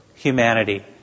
Humanity